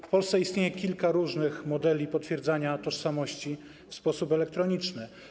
W Polsce istnieje kilka różnych modeli potwierdzania tożsamości w sposób elektroniczny.